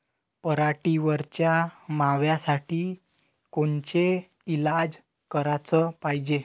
पराटीवरच्या माव्यासाठी कोनचे इलाज कराच पायजे?